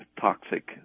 toxic